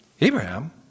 Abraham